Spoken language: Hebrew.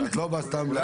את לא באה סתם.